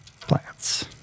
plants